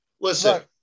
listen